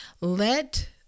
let